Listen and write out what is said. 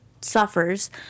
suffers